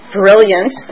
brilliant